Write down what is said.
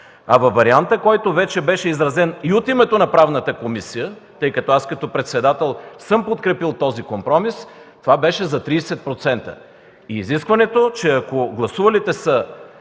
А вариантът, който беше изразен от името на Правната комисия, тъй като аз като председател съм подкрепил този компромис, беше за 30%. Изискването е, ако гласувалите са